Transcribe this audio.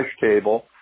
table